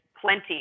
plenty